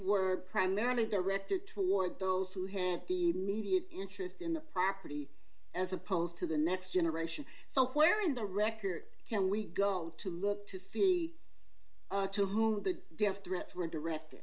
were primarily directed toward those who had the media interest in the property as opposed to the next generation so where in the record can we go to look to see to whom the death threats were direct